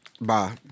Bye